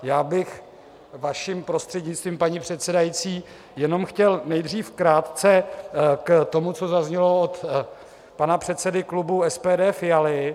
Já bych vaším prostřednictvím, paní předsedající, jenom chtěl nejdřív krátce k tomu, co zaznělo od pana předsedy klubu SPD Fialy.